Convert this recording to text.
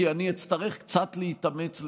כי אני אצטרך קצת להתאמץ לשכנע,